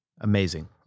amazing